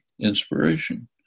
inspiration